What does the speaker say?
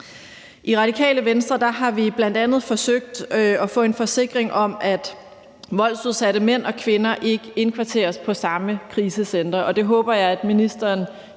I Radikale Venstre har vi bl.a. forsøgt at få en forsikring om, at voldsudsatte mænd og kvinder ikke indkvarteres på samme krisecentre,